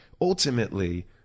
ultimately